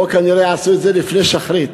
פה כנראה עשו את זה לפני שחרית.